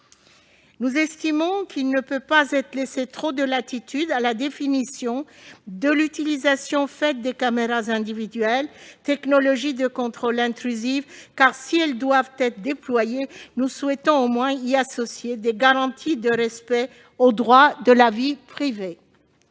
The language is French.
Nous estimons qu'il ne peut pas être laissé trop de latitude à la définition de l'utilisation des caméras individuelles, technologie de contrôle intrusif : si elles doivent être déployées, nous souhaitons à tout le moins y associer des garanties liées au respect du droit à la vie privée.